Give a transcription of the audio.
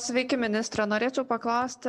sveiki ministre norėčiau paklausti